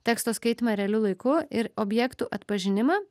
teksto skaitymą realiu laiku ir objektų atpažinimą